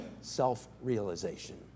self-realization